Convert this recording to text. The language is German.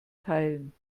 teilen